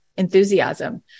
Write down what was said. enthusiasm